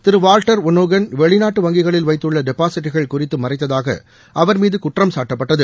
திரு Walter ஒன்னோகன் வெளிநாட்டு வங்கிகளில் வைத்துள்ள டெபாசிட்டுகள் குறித்து மறைத்ததாக அவர் மீது குற்றம் சாட்டப்பட்டது